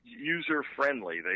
user-friendly